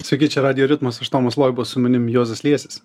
sveiki čia radijo ritmas aš tomas loiba su manim juozas liesis